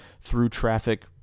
through-traffic